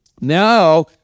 Now